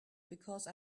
because